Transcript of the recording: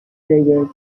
triggered